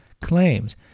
claims